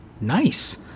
Nice